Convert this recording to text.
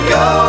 go